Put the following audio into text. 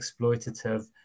exploitative